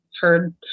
heard